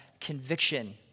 conviction